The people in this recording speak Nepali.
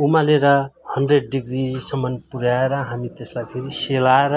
उमालेर हन्ड्रेड डिग्रीसम्म पुर्याएर हामी त्यसलाई फेरि सेलाएर